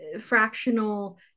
fractional